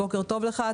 בוקר טוב לך,